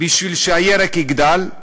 בשביל שהירק יגדל,